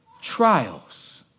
trials